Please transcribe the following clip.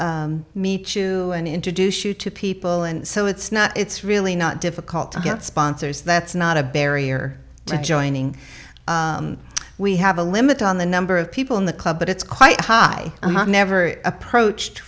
meet you and introduce you to people and so it's not it's really not difficult to get sponsors that's not a barrier to joining we have a limit on the number of people in the club but it's quite high never approached